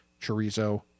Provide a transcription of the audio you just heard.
chorizo